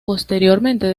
posteriormente